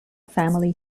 family